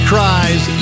Cries